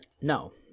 No